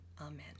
Amen